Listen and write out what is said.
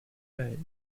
bays